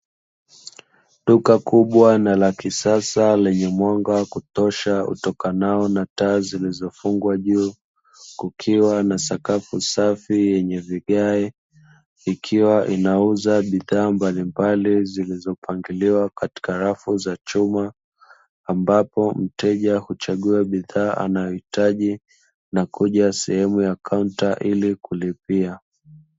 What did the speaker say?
Duka kubwa na la kisasa lenye mwanga wakutosha utokanao na taa zilzofungwa juu, kukiwa na sakafu safi yenye vigae, ikiwa inauza bidhaa mbalimbali zilizopangiliwa katika rafu za chuma, ambapo mteja huchagua bidhaa anayohitaji na kuja sehemu ya kaunta ili kulipia.